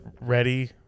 ready